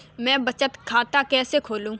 मैं बचत खाता कैसे खोलूं?